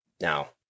Now